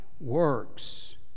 works